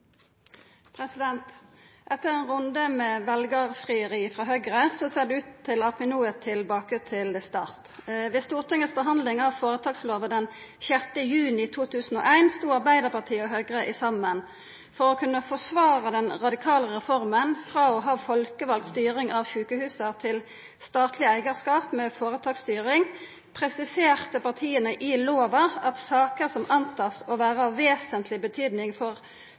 Etter ein runde med veljarfrieri frå Høgre, ser det ut til at vi no er tilbake til start. Ved Odelstingets behandling av føretakslova den 6. juni 2001 stod Arbeidarpartiet og Høgre saman. For å kunna forsvara den radikale reforma frå å ha folkevald styring av sjukehusa til statleg eigarskap med føretaksstyring presiserte partia i lova at «saker som antas å være av vesentlig betydning for